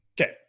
Okay